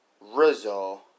Rizzo